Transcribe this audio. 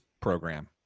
program